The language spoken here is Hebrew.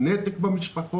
יש נתק במשפחות,